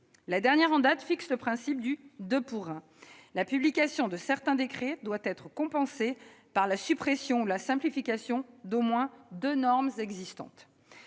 La dernière en date fixe le principe du « deux pour un »: la publication de certains décrets doit être compensée par la suppression ou la simplification d'au moins deux normes existantes.